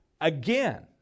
again